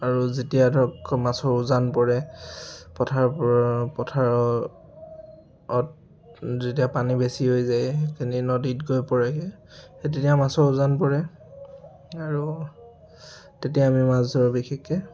আৰু যেতিয়া ধৰক মাছৰ উজান পৰে পথাবোৰৰ পথাৰত যেতিয়া পানী বেছি হৈ যায় নদীত গৈ পৰেগৈ সেই তেতিয়াই মাছৰ উজান পৰে আৰু তেতিয়াই আমি মাছ ধৰোঁ বিশেষকৈ